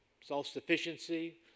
self-sufficiency